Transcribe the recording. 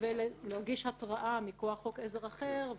- ולהגיש התראה מכוח חוק עזר אחר.